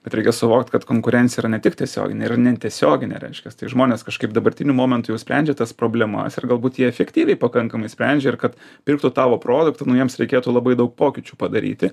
kad reikia suvokt kad konkurencija yra ne tik tiesioginė yra ir netiesioginė reiškias tai žmonės kažkaip dabartiniu momentu jau sprendžia tas problemas ir galbūt jie efektyviai pakankamai sprendžia ir kad pirktų tavo produktą nu jiems reikėtų labai daug pokyčių padaryti